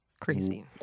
crazy